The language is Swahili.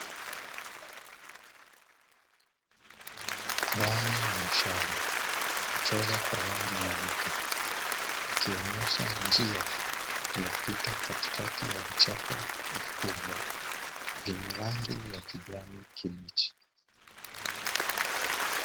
Alama ya mshale iliyochorwa kwa rangi nyeupe ikionyesha njia